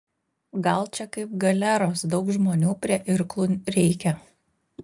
gal čia kaip galeros daug žmonių prie irklų reikia